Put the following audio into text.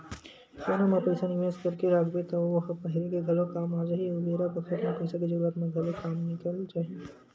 सोना म पइसा निवेस करके राखबे त ओ ह पहिरे के घलो काम आ जाही अउ बेरा बखत म पइसा के जरूरत म घलो काम निकल जाही